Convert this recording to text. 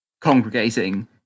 congregating